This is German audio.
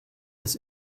das